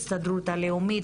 ההסתדרות הלאומית.